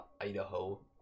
Idaho